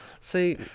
see